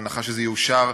בהנחה שזה יאושר,